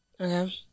Okay